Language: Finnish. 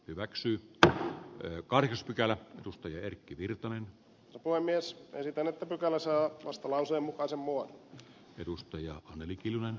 hyväksyy to my card pykälä edustaja erkki virtanen poimi jos esitän että pykälä saa vastalauseen mukaisen muodon